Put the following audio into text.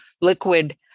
liquid